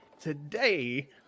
today